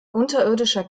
unterirdischer